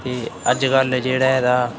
ते अज्जकल जेह्ड़ा एह्दा